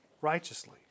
righteously